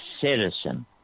citizen